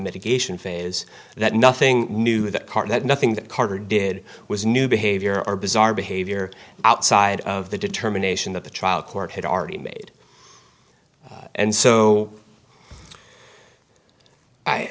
medication phase that nothing new that part that nothing that carter did was new behavior or bizarre behavior outside of the determination that the trial court had already made and so